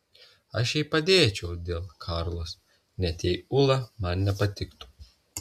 aš jai padėčiau dėl karlos net jei ula man nepatiktų